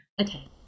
okay